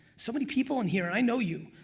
so many people in here i know you,